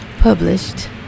published